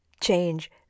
change